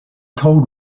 cold